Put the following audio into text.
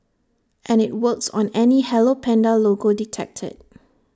and IT works on any hello Panda logo detected